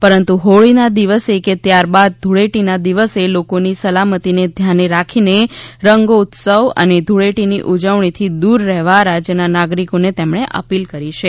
પરંતુ હોળીના દિવસે કે ત્યારબાદ ધૂળેટીના દિવસે લોકોની સલામતીને ધ્યાને રાખીને રંગોત્સવ અને ધૂળેટીની ઉજવણીથી દૂર રહેવા રાજયના નાગરિકોને તેમણે અપીલ કરી છે